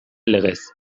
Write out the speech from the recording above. legez